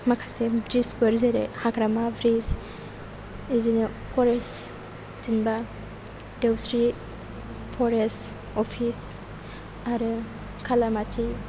माखासे ब्रिज फोर जेरै हाग्रामा ब्रिज बिदिनो फरेस्ट जेनेबा देवस्रि फरेस्ट अफिस आरो खालामाथि